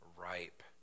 ripe